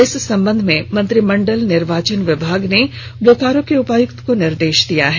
इस संबंध में मंत्रिमंडल निर्वाचन विभाग ने बोकारो के उपायुक्त को निर्देश दिया है